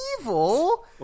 evil